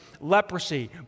leprosy